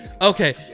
okay